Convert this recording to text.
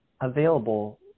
available